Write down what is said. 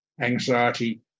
anxiety